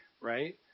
right